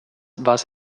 was